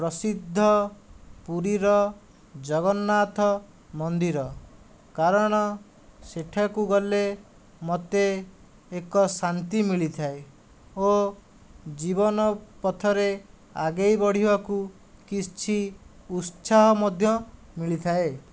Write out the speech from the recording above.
ପ୍ରସିଦ୍ଧ ପୁରୀର ଜଗନ୍ନାଥ ମନ୍ଦିର କାରଣ ସେଠାକୁ ଗଲେ ମୋତେ ଏକ ଶାନ୍ତି ମିଳିଥାଏ ଓ ଜୀବନ ପଥରେ ଆଗେଇ ବଢ଼ିବାକୁ କିଛି ଉତ୍ସାହ ମଧ୍ୟ ମିଳିଥାଏ